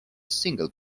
single